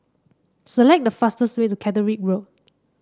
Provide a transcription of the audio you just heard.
select the fastest way to Catterick Road